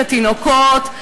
את התינוקות,